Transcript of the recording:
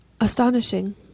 astonishing